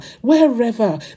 wherever